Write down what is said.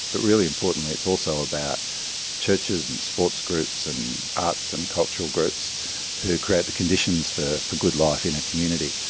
but really importantly it's also about churches, sports groups, and arts and cultural groups who create the conditions for for good life in a community.